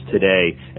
today